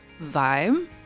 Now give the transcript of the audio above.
vibe